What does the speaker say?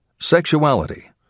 Sexuality